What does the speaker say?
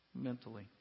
mentally